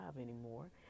anymore